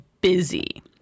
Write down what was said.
busy